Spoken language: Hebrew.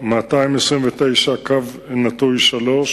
2. אם כן, מה היא עמדת השר בנושא?